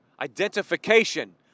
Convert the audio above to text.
Identification